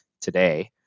Today